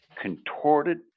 contorted